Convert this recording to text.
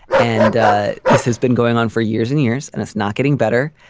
and this has been going on for years and years and it's not getting better.